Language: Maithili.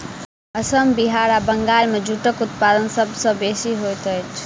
असम बिहार आ बंगाल मे जूटक उत्पादन सभ सॅ बेसी होइत अछि